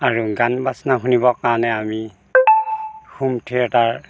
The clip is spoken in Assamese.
আৰু গান বাজনা শুনিবৰ কাৰণে আমি হোম থিয়েটাৰ